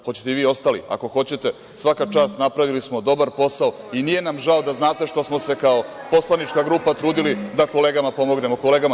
Hoćete i vi ostali, ako hoćete, svaka čast, napravili smo dobar posao i nije nam žao što smo se, kao poslanička grupa trudili da pomognemo kolegama.